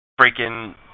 freaking